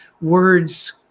words